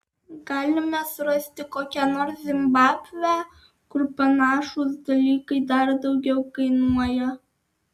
galime surasti kokią nors zimbabvę kur panašūs dalykai dar daugiau kainuoja